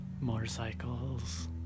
motorcycles